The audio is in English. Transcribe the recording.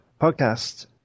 podcast